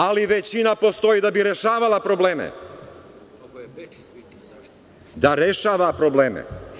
Ali većina postoji da bi rešavala probleme, da rešava probleme.